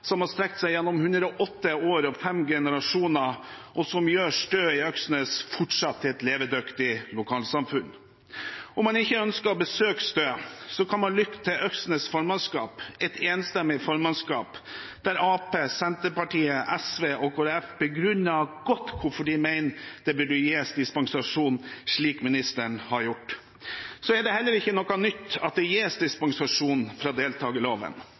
som har strukket seg gjennom 108 år og 5 generasjoner, og som gjør Stø i Øksnes til et fortsatt levedyktig lokalsamfunn. Om man ikke ønsker å besøke Stø, kan man lytte til Øksnes formannskap, der et enstemmig formannskap, med Arbeiderpartiet, Senterpartiet, SV og Kristelig Folkeparti, begrunner godt hvorfor de mener det burde gis dispensasjon, slik ministeren har gjort. Det er heller ikke noe nytt at det gis dispensasjon fra deltakerloven.